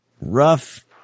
rough